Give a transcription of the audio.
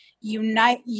unite